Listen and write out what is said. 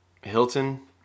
Hilton